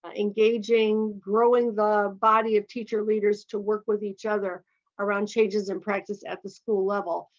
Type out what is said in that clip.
ah engaging, growing the body of teacher leaders to work with each other around changes in practice at the school level.